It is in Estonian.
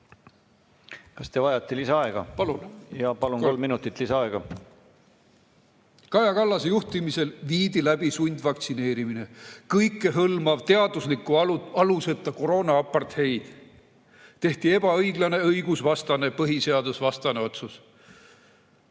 Kolm minutit lisaaega. Palun! Kolm minutit lisaaega. Kaja Kallase juhtimisel viidi läbi sundvaktsineerimine, kõikehõlmav teadusliku aluseta koroonaapartheid. Tehti ebaõiglane, õigusvastane, põhiseadusvastane otsus.